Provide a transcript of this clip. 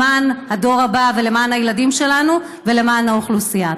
למען הדור הבא ולמען הילדים שלנו ולמען האוכלוסייה.